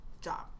job